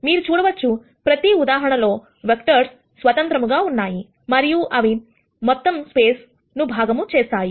మీరు చూడవచ్చు ప్రతి ఉదాహరణ లో వెక్టర్స్ స్వతంత్రముగా ఉన్నాయి మరియు అవి మొత్తం స్పేస్ మొత్తమును భాగము చేస్తాయి